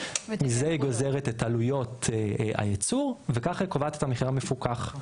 מזה גוזרת את עלויות הייצור וכך היא קובעת את המחיר המפוקח.